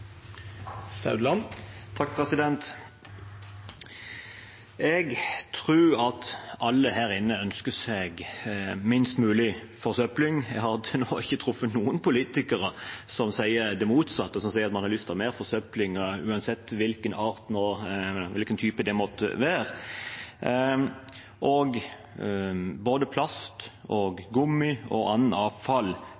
Jeg tror at alle her inne ønsker seg minst mulig forsøpling. Jeg har til nå ikke truffet noen politikere som sier det motsatte, som sier at man har lyst på mer forsøpling, uansett hvilken type det måtte være. Både plast og gummi og annet avfall må vi i størst mulig grad hindre at brytes ned i naturen og